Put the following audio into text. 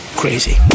crazy